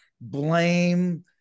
blame